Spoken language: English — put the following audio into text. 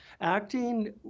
acting